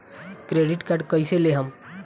Credit card कईसे लेहम?